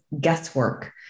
guesswork